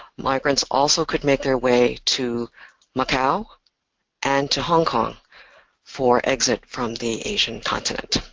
migrants also could make their way to macau and to hong kong for exit from the asian continent.